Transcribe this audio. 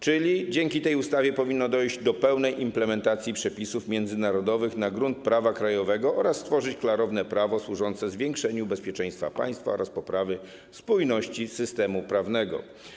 Czyli dzięki tej ustawie powinno dojść do pełnej implementacji przepisów międzynarodowych na grunt prawa krajowego oraz stworzenia klarownego prawa służącego zwiększeniu bezpieczeństwa państwa oraz poprawie spójności systemu prawnego.